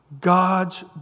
God's